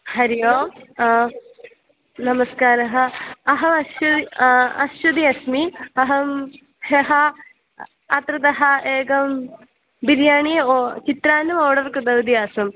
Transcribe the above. हरिः ओम् नमस्कारः अहम् अश्शु अश्शुदि अस्मि अहं ह्यः अत्रतः एकं बिर्याणि ओ चित्रान्नम् आर्डर् कृतवती आसम्